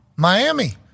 Miami